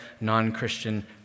non-Christian